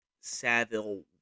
Saville